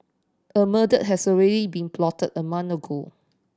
a murder has already been plotted a ago